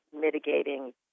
mitigating